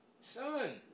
Son